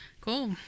Cool